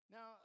Now